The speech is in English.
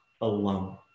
alone